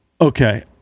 Okay